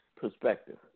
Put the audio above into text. perspective